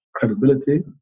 credibility